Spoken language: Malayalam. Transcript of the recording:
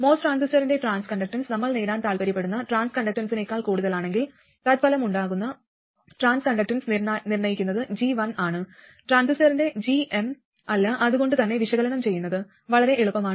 MOS ട്രാൻസിസ്റ്ററിന്റെ ട്രാൻസ് കണ്ടക്ടൻസ് നമ്മൾ നേടാൻ താൽപ്പര്യപ്പെടുന്ന ട്രാൻസ് കണ്ടക്ടൻസിനേക്കാൾ കൂടുതലാണെങ്കിൽ തത്ഫലമായുണ്ടാകുന്ന ട്രാൻസ് കണ്ടക്ടൻസ് നിർണ്ണയിക്കുന്നത് G1 ആണ് ട്രാൻസിസ്റ്ററിന്റെ gm അല്ല അത് കൊണ്ട് തന്നെ വിശകലനം ചെയ്യുന്നത് വളരെ എളുപ്പമാണ്